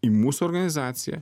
į mūsų organizaciją